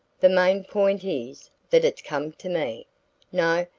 the main point is that it's come to me no,